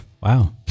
Wow